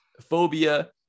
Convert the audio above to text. Phobia